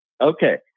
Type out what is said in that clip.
Okay